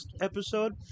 episode